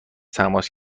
تماس